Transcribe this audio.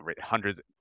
hundreds